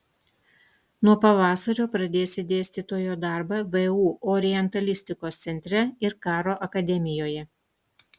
nuo pavasario pradėsi dėstytojo darbą vu orientalistikos centre ir karo akademijoje